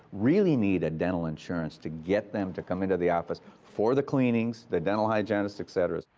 really need a dental insurance to get them to come into the office for the cleanings, the dental hygienists, etc.